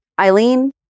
Eileen